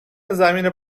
زمین